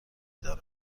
دانم